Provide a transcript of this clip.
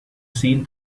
seen